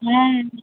ᱦᱮᱸ